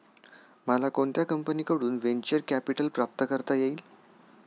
मला कोणत्या कंपनीकडून व्हेंचर कॅपिटल प्राप्त करता येईल?